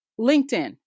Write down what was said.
LinkedIn